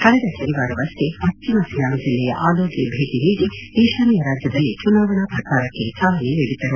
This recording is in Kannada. ಕಳೆದ ಶನಿವಾರವಷ್ಷೇ ಪಕ್ಷಿಮ ಸಿಯಾಂಗ್ ಜಿಲ್ಲೆಯ ಆಲೋಗೆ ಭೇಟಿ ನೀಡಿ ಈಶಾನ್ನ ರಾಜ್ಯದಲ್ಲಿ ಚುನಾವಣಾ ಪ್ರಚಾರಕ್ಕೆ ಚಾಲನೆ ನೀಡಿದ್ದರು